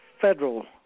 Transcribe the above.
federal